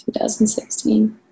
2016